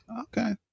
okay